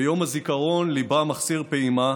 ביום הזיכרון ליבם מחסיר פעימה,